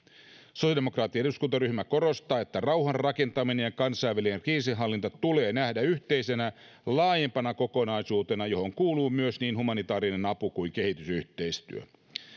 sosiaalidemokraattinen eduskuntaryhmä korostaa että rauhan rakentaminen ja kansainvälinen kriisinhallinta tulee nähdä yhteisenä laajempana kokonaisuutena johon kuuluu myös niin humanitaarinen apu kuin kehitysyhteistyö